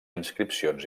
inscripcions